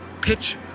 pitch